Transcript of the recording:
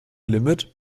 limit